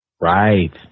Right